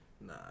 Nah